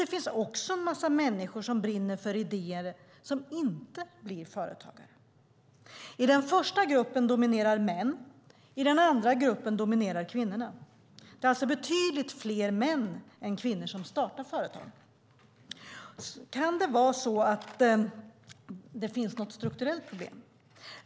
Det finns dock också en massa människor som brinner för idéer men inte blir företagare. I den första gruppen dominerar män, och i den andra gruppen dominerar kvinnor. Det är alltså betydligt fler män än kvinnor som startar företag. Kan det vara så att det finns ett strukturellt problem?